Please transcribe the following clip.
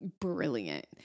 brilliant